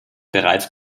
bereits